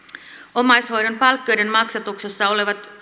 omaishoidon palkkioiden maksatuksessa olevat